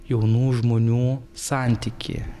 jaunų žmonių santykį